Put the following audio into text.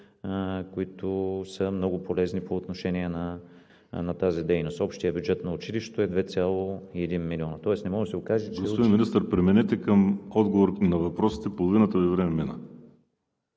които са много полезни по отношение на тази дейност. Общият бюджет на училището е 2,1 милиона. Тоест не може да се каже, че… ПРЕДСЕДАТЕЛ